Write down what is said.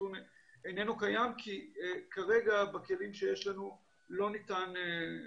הנתון איננו קיים כי כרגע בכלים שיש לנו לא ניתן לתת אותו.